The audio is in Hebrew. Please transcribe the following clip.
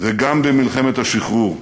וגם במלחמת השחרור,